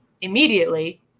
immediately